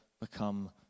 become